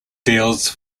deals